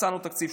מצאנו תקציב,